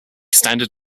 standard